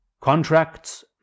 Contracts